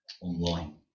online